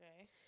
Okay